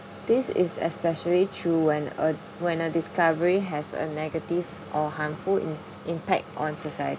this is especially true when a when a discovery has a negative or harmful im~ impact on society